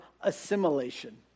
assimilation